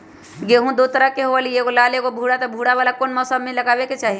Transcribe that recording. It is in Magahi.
गेंहू दो तरह के होअ ली एगो लाल एगो भूरा त भूरा वाला कौन मौसम मे लगाबे के चाहि?